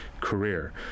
career